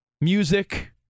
music